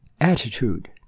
attitude